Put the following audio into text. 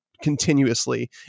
continuously